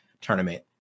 tournament